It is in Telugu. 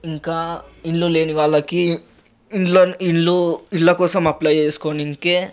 ఇంకా ఇండ్లు లేని వాళ్ళకి ఇండ్లు ఇండ్లు ఇండ్ల కోసం అప్లై చేసుకోవడానికి